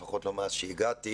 לפחות לא מאז שהגעתי,